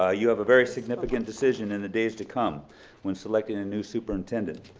ah you have a very significant decision in the days to come when selecting a new superintendent.